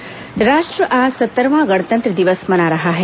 गणतंत्र दिवस दिल्ली राष्ट्र आज सत्तरवां गणतंत्र दिवस मना रहा है